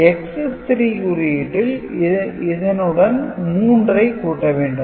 Excess - 3 குறியீட்டில் இதனுடன் 3 ஐ கூட்ட வேண்டும்